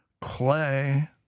Clay